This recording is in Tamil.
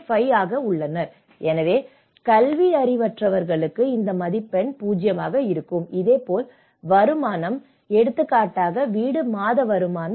50 ஆக உள்ளனர் எனவே கல்வியறிவற்றவர்களுக்கு இந்த மதிப்பெண் 0 இதேபோல் வருமானம் எடுத்துக்காட்டாக வீட்டு மாத வருமானம்